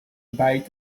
bite